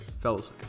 fellas